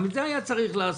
גם את זה היה צריך לעשות.